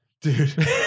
Dude